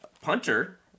Punter